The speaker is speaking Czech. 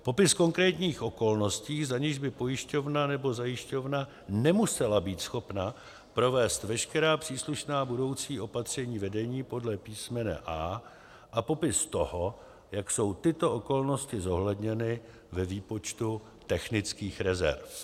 c) popis konkrétních okolností, za nichž by pojišťovna nebo zajišťovna nemusela být schopna provést veškerá příslušná budoucí opatření vedení podle písmene a), a popis toho, jak jsou tyto okolnosti zohledněny ve výpočtu technických rezerv;